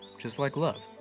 just like love.